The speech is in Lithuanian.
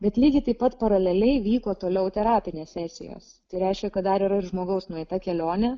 bet lygiai taip pat paraleliai vyko toliau terapinės sesijos tai reiškia kad dar yra žmogaus nueita kelionė